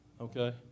okay